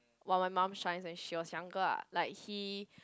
while my mum shines when she was younger lah like he